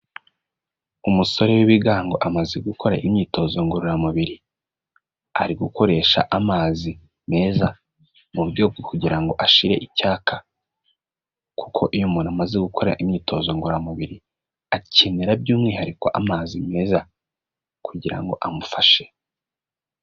Umusore w'ibigango amaze gukora imyitozo ngororamubiri, ari gukoresha amazi meza mubyo kugira ngo ashire icyaka, kuko iyo umuntu amaze gukora imyitozo ngororamubiri akenera by'umwihariko amazi meza kugira ngo amufashe.